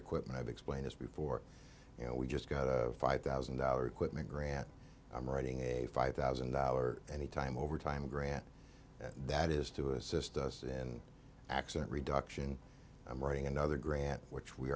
equipment i've explained this before you know we just got a five thousand dollars quick grant i'm writing a five thousand dollar anytime overtime grant that is to assist us in accent reduction i'm writing another grant which we